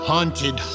Haunted